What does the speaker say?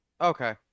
okay